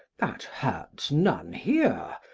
that hurts none here,